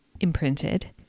imprinted